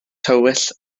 tywyll